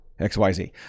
XYZ